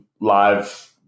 live